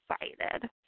excited